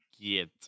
Get